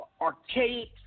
archaic